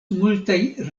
multaj